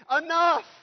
enough